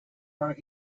our